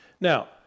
Now